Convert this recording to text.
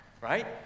right